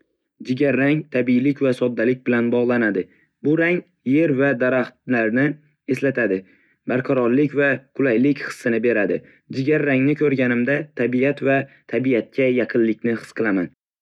Jigarrang tabiiylik va soddalik bilan bog‘lanadi. Bu rang yer va daraxtlarni eslatadi, barqarorlik va qulaylik hissini beradi. Jigarrangni ko‘rganimda tabiat va tabiatga yaqinlikni his qilaman.